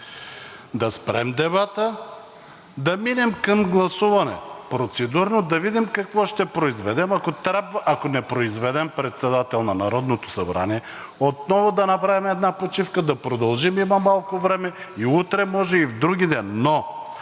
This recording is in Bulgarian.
да спрем дебата, да минем към процедурно гласуване, да видим какво ще произведем, ако не произведем председател на Народно събрание, отново да направим една почивка, да продължим – има малко време, и утре може, и вдругиден. Но